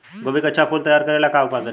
गोभी के अच्छा फूल तैयार करे ला का उपाय करी?